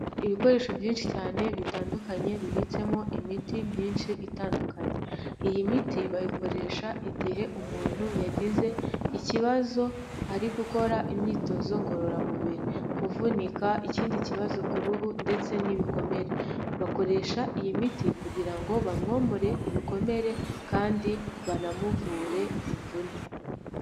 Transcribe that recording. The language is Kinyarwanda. Ibikoresho byinshi cyane bitandukanye bibitsemo imiti myinshi itandukanye. Iyi miti bayikoresha igihe umuntu yagize ikibazo ari gukora imyitozo ngororamubiri, kuvunika, ikindi kibazo ku ruhu ndetse n'ibikomere. Bakoresha iyi miti kugira ngo bamwomore ibikomere kandi banamuvure imvune.